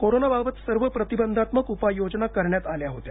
कोरोनाबाबत सर्व प्रतिबंधात्मक उपाययोजना करण्यात आल्या होत्या